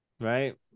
Right